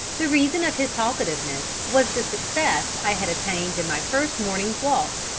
the reason of his talkativeness was the success i had attained in my first morning's walk,